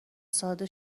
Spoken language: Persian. ساده